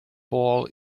ball